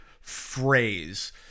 phrase